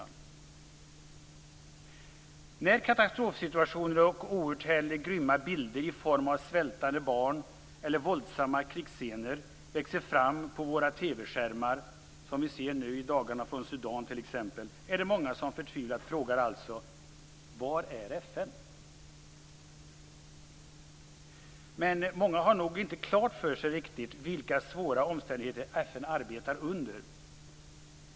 När katastrofsituationer och outhärdligt grymma bilder i form av svältande barn eller våldsamma krigsscener växer fram på våra TV-skärmar - i dagarna kan vi se bilder från Sudan t.ex. - är det många som förtvivlat frågar: Var är FN? Men många har nog inte riktigt klart för sig vilka svåra omständigheter FN arbetar under.